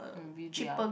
envy their